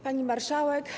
Pani Marszałek!